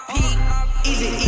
easy